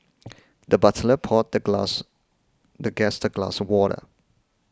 the butler poured the glass the guest a glass of water